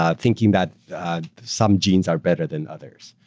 um thinking that some genes are better than others.